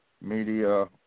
media